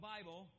Bible